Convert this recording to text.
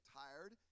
tired